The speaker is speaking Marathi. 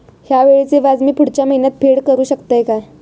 हया वेळीचे व्याज मी पुढच्या महिन्यात फेड करू शकतय काय?